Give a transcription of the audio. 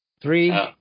Three